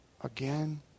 again